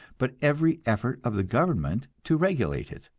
but every effort of the government to regulate it.